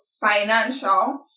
financial